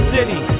City